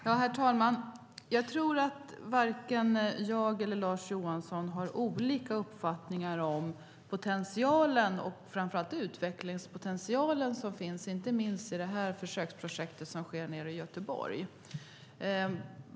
Herr talman! Jag tror inte att jag och Lars Johansson har olika uppfattningar om potentialen och framför allt utvecklingspotentialen som finns i inte minst det försöksprojekt som sker i Göteborg.